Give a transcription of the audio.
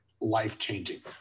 life-changing